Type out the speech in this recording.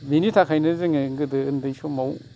बिनि थाखायनो जोङो गोदो उन्दै समाव